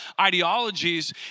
ideologies